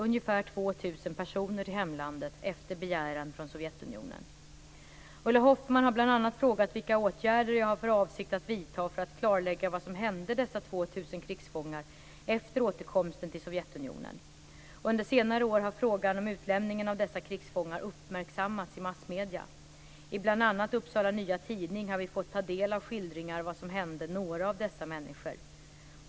Ulla Hoffmann har bl.a. frågat vilka åtgärder jag har för avsikt att vidta för att klarlägga vad som hände dessa 2 000 krigsfångar efter återkomsten till Sovjetunionen. Under senare år har frågan om utlämningen av dessa krigsfångar uppmärksammats i massmedierna. I bl.a. Upsala Nya Tidning har vi fått ta del av skildringar om vad som hände några av dessa människor.